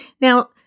Now